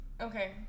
Okay